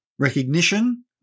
recognition